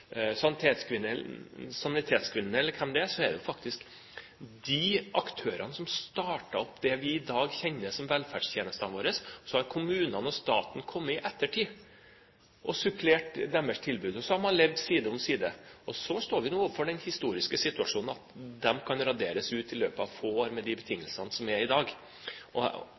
Sanitetskvinnene, eller hvem det er, faktisk er de aktørene som startet opp det vi i dag kjenner som velferdstjenestene våre. Så har kommunene og staten kommet i ettertid og supplert deres tilbud, og så har man levd side om side. Så står vi overfor den historiske situasjonen at de kan raderes ut i løpet av få år med de betingelsene som er i dag.